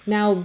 Now